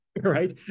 right